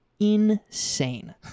Insane